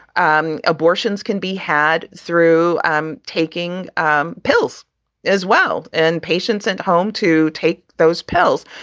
um abortions can be had through um taking um pills as well and patients at home to take those pills.